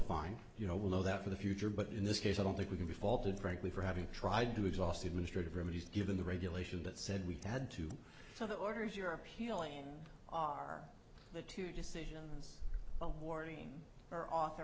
find you know we'll know that for the future but in this case i don't think we can be faulted frankly for having tried to exhaust administrative remedies given the regulation that said we had to have the order if you're appealing are the two decisions a warning or author